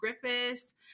Griffiths